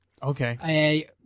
Okay